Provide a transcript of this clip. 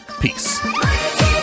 peace